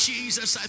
Jesus